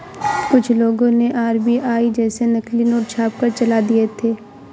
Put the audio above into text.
कुछ लोगों ने आर.बी.आई जैसे नकली नोट छापकर चला दिए थे